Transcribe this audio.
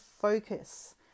focus